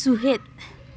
ᱥᱩᱦᱮᱫ